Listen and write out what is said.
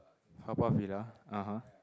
Haw Par Villa (uh huh)